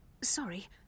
Sorry